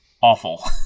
awful